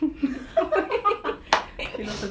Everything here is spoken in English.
okay philosophy